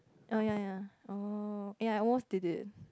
oh ya ya oh ya I almost did it